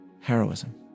heroism